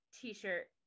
t-shirt